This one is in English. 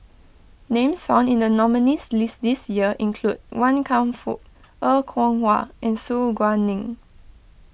names found in the nominees' list this year include Wan Kam Fook Er Kwong Wah and Su Guaning